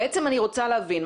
אני רוצה להבין,